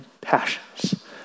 passions